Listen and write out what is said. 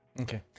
Okay